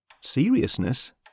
Seriousness